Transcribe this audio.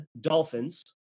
Dolphins